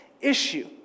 issue